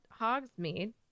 Hogsmeade